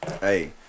Hey